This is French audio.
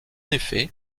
effet